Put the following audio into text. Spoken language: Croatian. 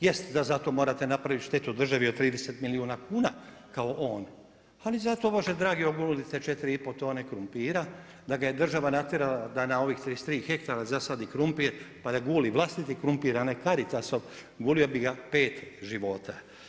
Jest da zato morate napraviti štetu državi od 30 milijuna kuna kao on ali zato bože dragi, ogulite 4 i pol tone krumpira, da ga je država natjerala da na ovih 33 hektara zasadi krumpir pa da guli vlastiti krumpir, a ne Caritas-ov, gulio bi ga 5 života.